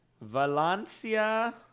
Valencia